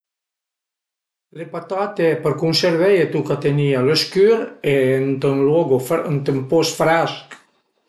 Le patate për cunserveie tuca tënìe a lë scür e ënt ën luogo, ënt ën post frèsch